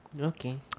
okay